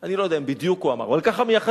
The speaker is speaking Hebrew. אני לא יודע אם בדיוק הוא אמר, אבל ככה מייחסים